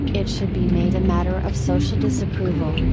it should be made a matter of social disapproval,